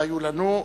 שהיו לנו.